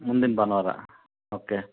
ಮುಂದಿನ ಭಾನುವಾರ ಓಕೆ